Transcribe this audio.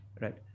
Right